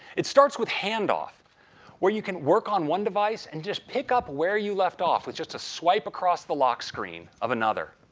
it starts with handoff where you can work on one device and just pick up where you left off with just a swipe across the lock screen of another.